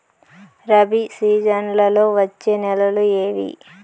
రబి సీజన్లలో వచ్చే నెలలు ఏవి?